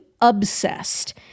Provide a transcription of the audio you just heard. obsessed